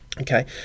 Okay